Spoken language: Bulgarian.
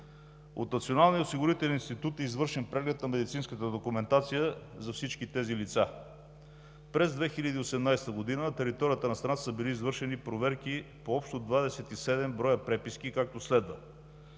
От Националния осигурителен институт е извършен преглед на медицинската документация за всички тези лица. През 2018 г. на територията на страната са били извършени проверки по общо 27 броя преписки, както следва: